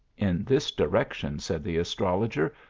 in this direction said the astrologer,